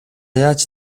яаж